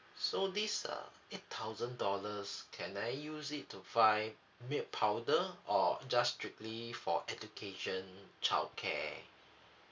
so this uh eight thousand dollars can I use it to buy milk powder or just strictly for education childcare